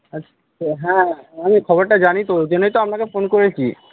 আচ্ছা হ্যাঁ আমি খবরটা জানি তো ওই জন্যই তো আপনাকে ফোন করেছি